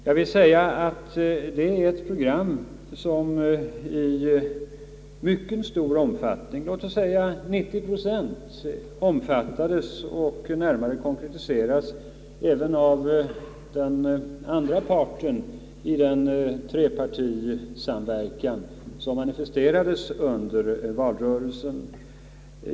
Jag vill understryka att det är ett program som i mycket stor omfattning, låt oss säga 90 procent, omfattades och närmare konkretiserades även av den andra parten — högerpartiet — i den trepartisamverkan som manifesterades under valrörelsen.